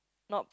not